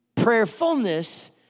prayerfulness